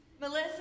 Melissa